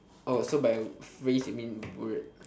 oh so by phrase you mean word